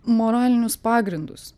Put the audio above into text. moralinius pagrindus